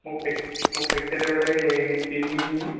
ମୋ ପେଟ ମୋ ପେଟରେ ଗୋଟିଏ କିଡ଼ନୀ ହେଇଛି